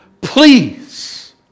please